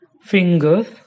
Fingers